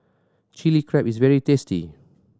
Chilli Crab is very tasty